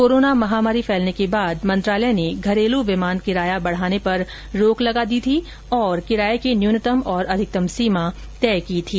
corona महामारी फैलने के बाद मंत्रालय ने घरेलू विमान किराया बढ़ाने पर रोक लगा दी थी और किराए की न्यूनतम और अधिकतम सीमा तय की थी